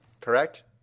correct